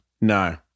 No